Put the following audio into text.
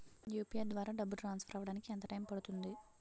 UPI ద్వారా డబ్బు transfer అవ్వడానికి ఎంత టైం పడుతుంది?